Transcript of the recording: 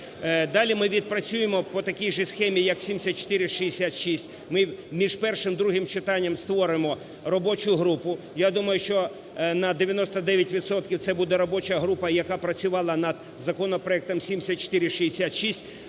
Далі ми відпрацюємо по такій же схемі, як 7466. Ми між першим і другим читанням створимо робочу групу. Я думаю, що на 99 відсотків це буде робоча група, яка працювала над законопроектом 7466.